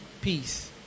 peace